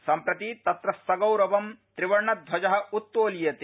सम्प्रति तत्र सगौरवं त्रिवर्णध्वज उत्तोलीयते